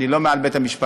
אני לא מעל בית-המשפט.